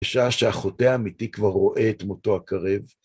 בשעה שהחוטא האמיתי כבר רואה את מותו הקרב.